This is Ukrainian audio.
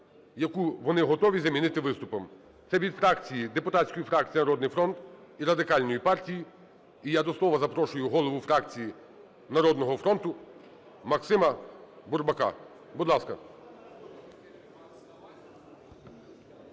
яку вони готові замінити виступом. Це від фракції, депутатської фракції "Народний фронт" і Радикальної партії. І я до слова запрошую голову фракції "Народного фронту" Максима Бурбака. Будь ласка.